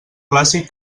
clàssic